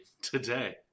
today